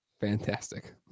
Fantastic